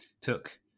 took